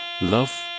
Love